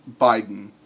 Biden